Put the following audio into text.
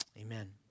Amen